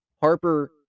Harper